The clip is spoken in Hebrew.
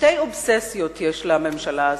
שתי אובססיות יש לממשלה הזאת,